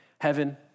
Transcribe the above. Heaven